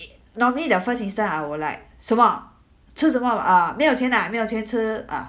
normally the first instant I would like 什么吃什么啊没有钱啊没有钱吃啊